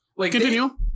Continue